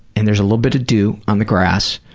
and there's a little bit of dew on the grass,